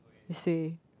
suay